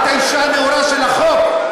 את האישה הנאורה של החוק?